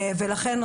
לכן,